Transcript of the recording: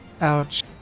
Ouch